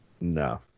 No